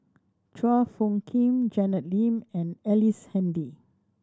Chua Phung Kim Janet Lim and Ellice Handy